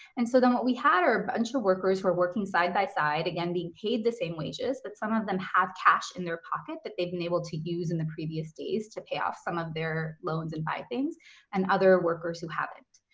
and so then what we had are a bunch of workers who were working side by side, again, being paid the same wages, but some of them have cash in their pocket that they've been able to use in the previous days to pay off some of their loans and buy things and other workers who haven't.